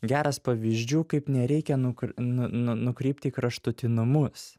geras pavyzdžių kaip nereikia nuk nu nu nukrypt į kraštutinumus